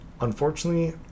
Unfortunately